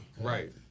right